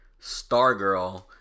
Stargirl